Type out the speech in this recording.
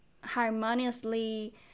harmoniously